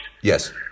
Yes